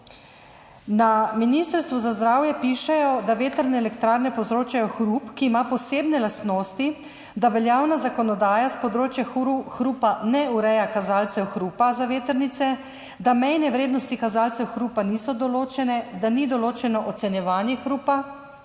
Na Ministrstvu za zdravje pišejo, da vetrne elektrarne povzročajo hrup, ki ima posebne lastnosti, da veljavna zakonodaja s področja hrupa ne ureja kazalcev hrupa za vetrnice, da mejne vrednosti kazalcev hrupa niso določene, da ni določeno ocenjevanje hrupa